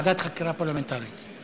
ועדת חקירה פרלמנטרית.